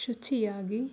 ಶುಚಿಯಾಗಿ